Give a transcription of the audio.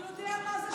הוא יודע מה זה שחיתות,